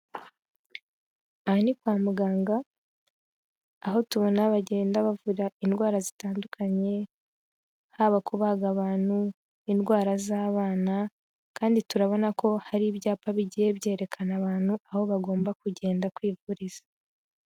Aha ni kwa muganga, aho tubona bagenda bavura indwara zitandukanye, haba kubaga abantu, indwara z'abana, kandi turabona ko hari ibyapa bigiye byerekana abantu aho bagomba kugenda, kwivuriza.